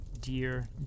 dear